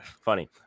Funny